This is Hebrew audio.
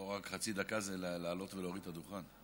פה רק חצי דקה זה כדי להעלות ולהוריד את הדוכן.